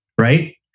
right